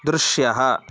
दृश्यः